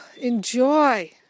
Enjoy